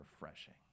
refreshing